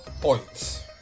points